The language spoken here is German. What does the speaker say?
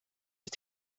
ist